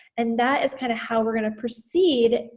and that is kind of how we're gonna proceed